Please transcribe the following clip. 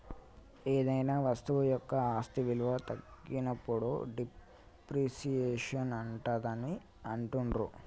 ఏదైనా వస్తువు యొక్క ఆస్తి విలువ తగ్గినప్పుడు డిప్రిసియేషన్ ఉంటాదని అంటుండ్రు